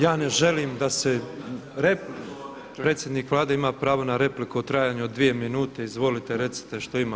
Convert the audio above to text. Ja ne želim da se, predsjednik Vlade ima pravo na repliku u trajanju od 2 minute, izvolite, recite što imate.